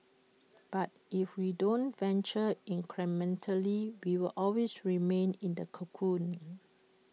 but if we don't venture incrementally we will always remain in the cocoon